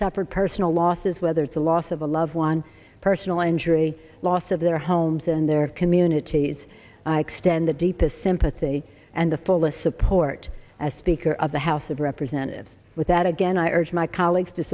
suffered personal losses whether it's the loss of a loved one personal injury loss of their homes and their communities i extend the deepest sympathy and the fullest support as speaker of the house of representatives with that again i urge my colleagues to